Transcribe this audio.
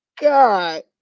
God